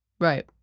Right